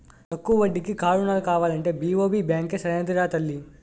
తక్కువ వడ్డీకి కారు రుణాలు కావాలంటే బి.ఓ.బి బాంకే సరైనదిరా తల్లీ